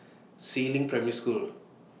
Si Ling Primary School